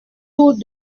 tout